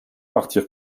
partir